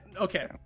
Okay